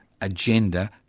agenda